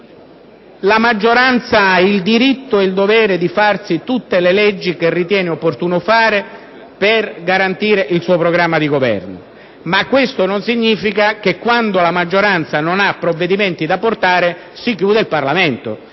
La maggioranza ha il diritto e il dovere di farsi tutte le leggi che ritiene opportuno fare per garantire il suo programma di Governo, ma questo non significa che quando la maggioranza non ha provvedimenti da presentare si chiude il Parlamento.